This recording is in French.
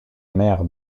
mère